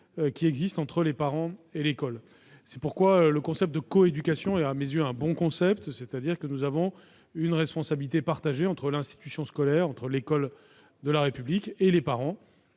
la matière entre les parents et l'école. C'est pourquoi la coéducation est, à mes yeux, un bon concept : elle sous-tend qu'il existe une responsabilité partagée entre l'institution scolaire, entre l'école de la République et les parents,